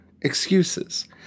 excuses